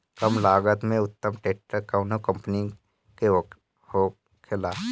कम लागत में उत्तम ट्रैक्टर कउन कम्पनी के होखेला?